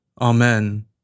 Amen